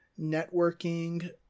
networking